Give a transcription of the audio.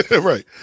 right